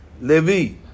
Levi